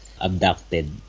abducted